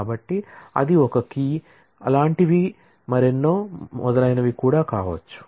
కాబట్టి అది ఒక కీ మరియు మొదలైనవి కావచ్చు